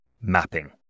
mapping